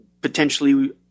potentially